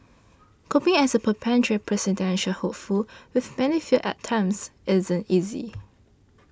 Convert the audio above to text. coping as a perpetual presidential hopeful with many failed attempts isn't easy